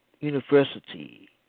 University